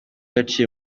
yaciye